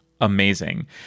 amazing